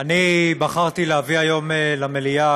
אני בחרתי להביא היום למליאה,